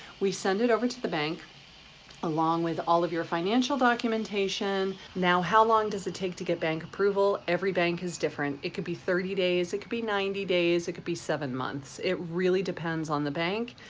we send it over to the bank along with all of your financial documentation. now, how long does it take to get bank approval? every bank is different. it could be thirty days. it could be ninety days. it could be seven months. it really depends on the bank,